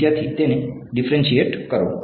વિદ્યાર્થી તેને ડીફરેનસીયેટ કરો